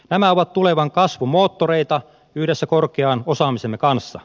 nämä ovat tulevan kasvun moottoreita yhdessä korkean osaamisemme kanssa